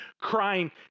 crying